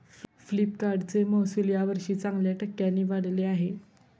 फ्लिपकार्टचे महसुल यावर्षी चांगल्या टक्क्यांनी वाढले आहे